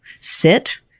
sit